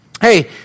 hey